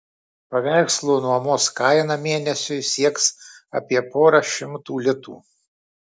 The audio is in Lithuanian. paveikslo nuomos kaina mėnesiui sieks apie porą šimtų litų